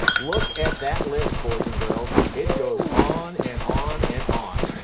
look at that list, boys and girls. it goes on, and on, and on.